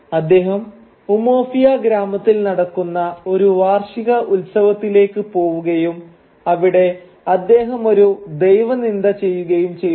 അദ്ദേഹം ഉമൊഫിയ ഗ്രാമത്തിൽ നടക്കുന്ന ഒരു വാർഷിക ഉത്സവത്തിലേക്ക് പോവുകയും അവിടെ അദ്ദേഹമൊരു ദൈവനിന്ദ ചെയ്യുകയും ചെയ്യുന്നു